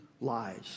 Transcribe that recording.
lies